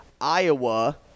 Iowa